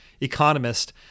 economist